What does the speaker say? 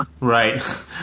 Right